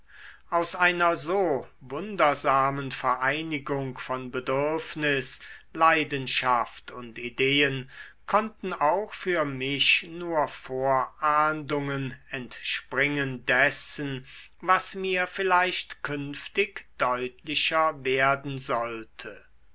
aus einer so wundersamen vereinigung von bedürfnis leidenschaft und ideen konnten auch für mich nur vorahndungen entspringen dessen was mir vielleicht künftig deutlicher werden sollte